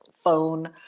phone